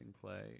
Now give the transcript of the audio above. play